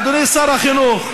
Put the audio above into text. אדוני שר החינוך,